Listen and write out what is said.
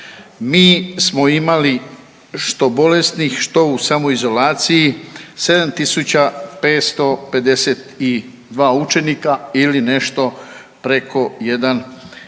mi smo imali što bolesnih, što u samoizolaciji 7 tisuća 552 učenika ili nešto preko 1,5%